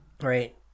right